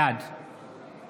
בעד